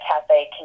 cafe